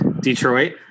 Detroit